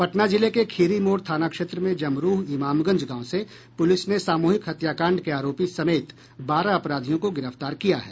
पटना जिले के खीरी मोड़ थाना क्षेत्र में जमरूह इमामगंज गांव से पुलिस ने सामूहिक हत्याकांड के आरोपी समेत बारह अपराधियों को गिरफ्तार किया है